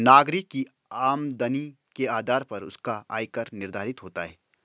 नागरिक की आमदनी के आधार पर उसका आय कर निर्धारित होता है